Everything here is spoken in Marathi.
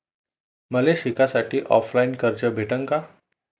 मले शिकासाठी ऑफलाईन कर्ज भेटन का?